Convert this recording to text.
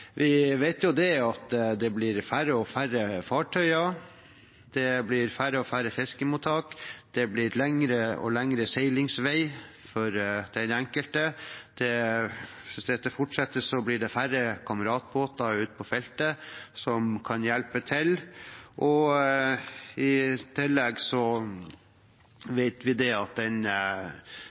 Vi vet at det blir færre og færre fartøyer, det blir færre og færre fiskemottak, det blir lengre og lengre seilingsvei for den enkelte. Hvis dette fortsetter, blir det også færre «kameratbåter» ute på feltet som kan hjelpe til. I tillegg vet vi at